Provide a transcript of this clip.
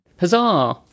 Huzzah